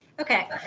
okay